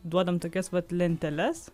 duodam tokias vat lenteles